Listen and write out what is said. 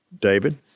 David